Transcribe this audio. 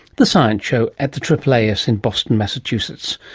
the science show at the aaas in boston, massachusetts.